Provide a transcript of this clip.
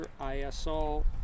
ISO